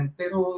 pero